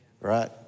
Right